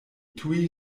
tuj